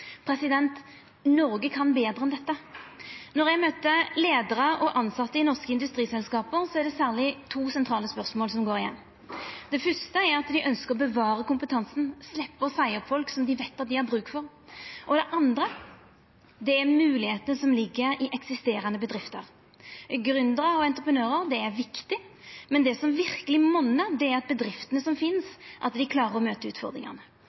Noreg kan betre enn dette. Når eg møter leiarar og tilsette i norske industriselskap, er det særleg to sentrale spørsmål som går igjen. Det første er at dei ønskjer å bevara kompetansen og sleppa å seia opp folk som dei veit at dei har bruk for. Og det andre er moglegheitene som ligg i eksisterande bedrifter. Gründerar og entreprenørar er viktig, men det som verkeleg monnar, er at bedriftene som finst, klarer å møta utfordringane.